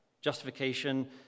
justification